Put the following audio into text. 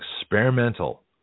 experimental